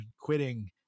quitting